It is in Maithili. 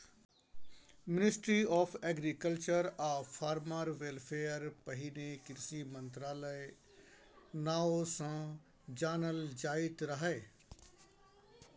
मिनिस्ट्री आँफ एग्रीकल्चर आ फार्मर वेलफेयर पहिने कृषि मंत्रालय नाओ सँ जानल जाइत रहय